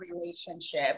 relationship